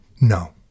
No